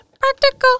practical